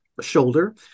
shoulder